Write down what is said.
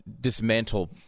dismantle